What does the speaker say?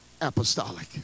apostolic